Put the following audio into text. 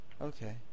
Okay